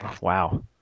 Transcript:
Wow